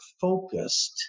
focused